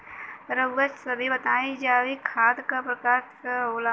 रउआ सभे बताई जैविक खाद क प्रकार के होखेला?